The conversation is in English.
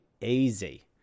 easy